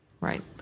Right